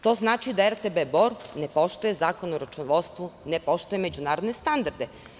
To znači da RTB Bor ne poštuje Zakon o računovodstvu, ne poštuje međunarodne standarde.